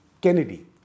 Kennedy